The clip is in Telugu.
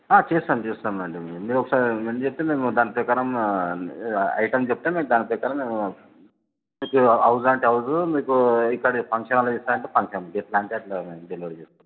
చేస్తాం చేస్తాం లెండి మీరు అన్ని ఒకసారి ఎంతమంది చెప్తే మేము దాని ప్రకారం ఐటమ్ చెప్తే మీకు దాని ప్రకారం మేము మీకు హౌస్ అంటే హౌసు మీకు ఇక్కడే ఫంక్షన్ హాల్లో చేస్తా అంటే ఫంక్షన్ ఎట్లా అంటే అట్లా డెలివరీ చేస్తాం